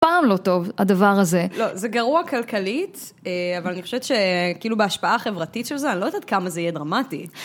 אף פעם לא טוב הדבר הזה. לא, זה גרוע כלכלית, אבל אני חושבת שכאילו בהשפעה חברתית של זה, אני לא יודעת כמה זה יהיה דרמטי.